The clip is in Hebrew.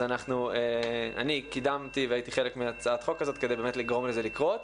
אז אני קידמתי והייתי חלק מהצעת החוק הזאת כדי באמת לגרום לזה לקרות.